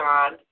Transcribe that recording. God